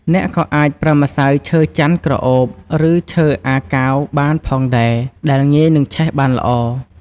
អ្នកក៏អាចប្រើម្សៅ ឈើចន្ទន៍ក្រអូប ឬ ឈើអាកាវបានផងដែរ ដែលងាយនិងឆេះបានល្អ។